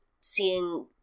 seeing